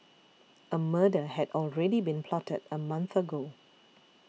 a murder had already been plotted a month ago